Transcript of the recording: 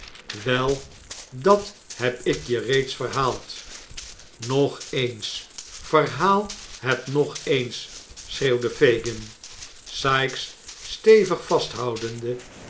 wel dat heb ik je reeds verhaald nog eens verhaal het nog eens schreeuwde fagin sikes stevig vasthoudende